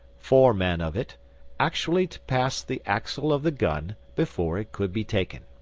four men of it actually to pass the axle of the gun before it could be taken.